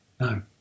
No